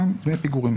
דמי פיגורים".